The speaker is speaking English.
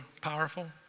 powerful